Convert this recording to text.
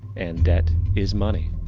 and debt is money.